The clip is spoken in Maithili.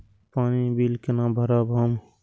पानी बील केना भरब हम?